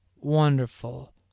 wonderful